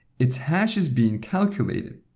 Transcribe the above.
it's hash is being calculated.